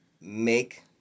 make